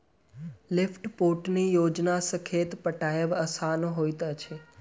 lift पटौनी योजना सॅ खेत पटायब आसान होइत अछि